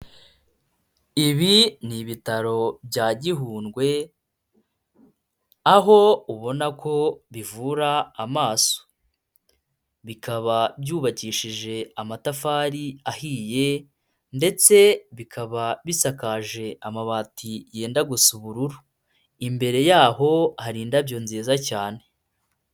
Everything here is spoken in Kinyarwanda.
Ibi ni ibitaro bya Gihundwe aho ubona ko bivura amaso, bikaba byubakishije amatafari ahiye ndetse bikaba bisakaje amabati yenda gusa ubururu, imbere yaho hari indabyo nziza cyane.